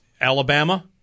Alabama